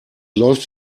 läuft